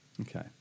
okay